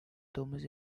domuz